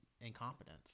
incompetence